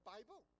Bible